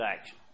action